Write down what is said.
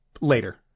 Later